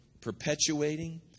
perpetuating